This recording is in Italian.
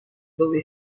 dove